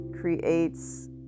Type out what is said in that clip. creates